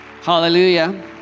Hallelujah